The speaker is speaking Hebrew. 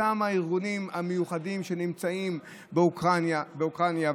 אותם הארגונים המיוחדים שנמצאים באוקראינה,